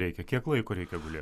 reikia kiek laiko reikia gulėt